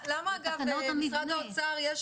משרד האוצר למה אגב,